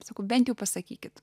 sakau bent jau pasakykit